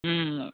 হুম